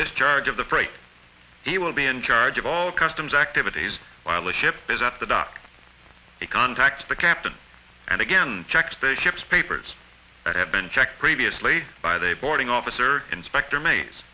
discharge of the freight he will be in charge of all customs activities while the ship is at the dock to contact the captain and again check spaceships papers it had been checked previously by the boarding officer inspector maze